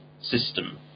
system